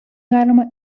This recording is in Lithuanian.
galima